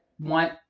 want